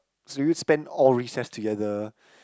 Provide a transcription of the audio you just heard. so will you spend all recess together